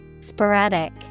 SPORADIC